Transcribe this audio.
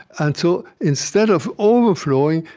and so instead of overflowing,